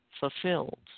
fulfilled